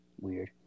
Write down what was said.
weird